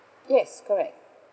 yes correct